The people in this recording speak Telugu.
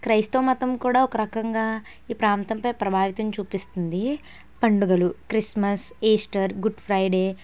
క్రైస్తవ మతం కూడా ఒక రకంగా ఈ ప్రాంతంపై ప్రభావితం చూపిస్తుంది పండుగలు క్రిస్మస్ ఈస్టర్ గుడ్ ఫ్రైడే